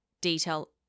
detail